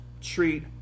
treat